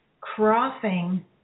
crossing